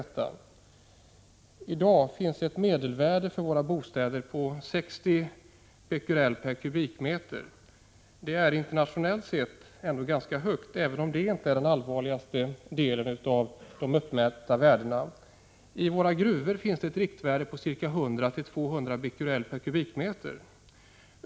I dag finns ett medelvärde för våra bostäder på 60 bq m?.